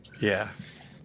yes